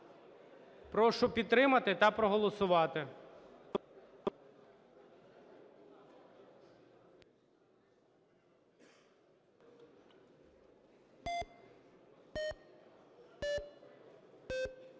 Прошу підтримати та проголосувати.